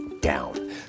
down